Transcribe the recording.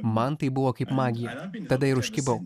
man tai buvo kaip magija tada ir užkibau